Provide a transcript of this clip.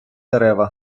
дерева